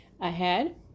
ahead